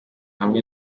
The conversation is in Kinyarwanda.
hamwe